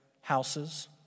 houses